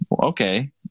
okay